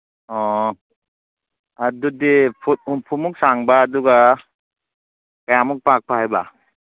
ꯑꯣ ꯑꯗꯨꯗꯤ ꯐꯨꯠ ꯍꯨꯝꯐꯨꯃꯨꯛ ꯁꯥꯡꯕ ꯑꯗꯨꯒ ꯀꯌꯥꯃꯨꯛ ꯄꯥꯛꯄ ꯍꯥꯏꯕ